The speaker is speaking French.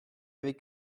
avait